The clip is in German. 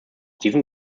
diesem